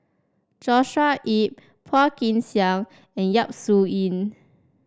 Joshua Ip Phua Kin Siang and Yap Su Yin